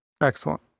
Excellent